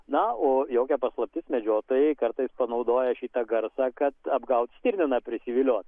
na o jokia paslaptis medžiotojai kartais panaudoja šitą garsą kad apgaut stirniną prisiviliot